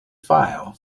file